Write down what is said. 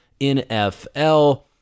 NFL